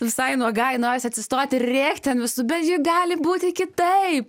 visai nuogai norisi atsistoti ir rėkti ant visų bet juk gali būti kitaip